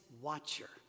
watcher